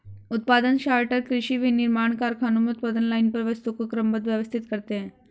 उत्पादन सॉर्टर कृषि, विनिर्माण कारखानों में उत्पादन लाइन पर वस्तुओं को क्रमबद्ध, व्यवस्थित करते हैं